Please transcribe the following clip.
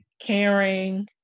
caring